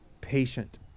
patient